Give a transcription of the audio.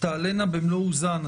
תעלנה במלוא עוזן.